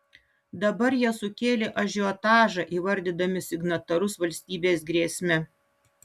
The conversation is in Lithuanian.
dabar jie sukėlė ažiotažą įvardydami signatarus valstybės grėsme